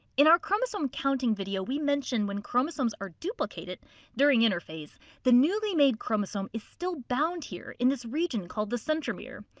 in our chromosome counting video, we mention that when chromosomes are duplicated during interphase the newly made chromosome is still bound here in this region called the centromere.